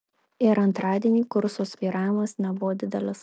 ir antradienį kurso svyravimas nebuvo didelis